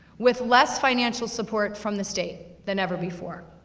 with less financial support from the state than ever before.